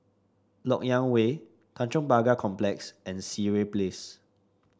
LoK Yang Way Tanjong Pagar Complex and Sireh Place